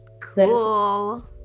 cool